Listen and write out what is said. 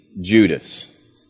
Judas